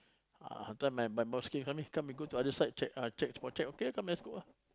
ah after my my boss came come here come we go to other side check uh check spot check okay come let's go ah